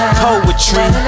poetry